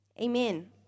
amen